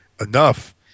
enough